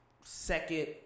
second